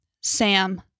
Sam